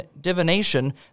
divination